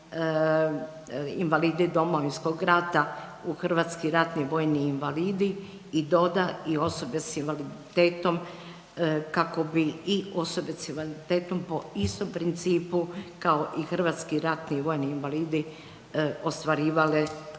invalidi Domovinskog rata u hrvatski ratni vojni invalidi i doda i osobe s invaliditetom kako bi i osobe s invaliditetom po istom principu kao i hrvatski ratni vojni invalidi ostvarivale prava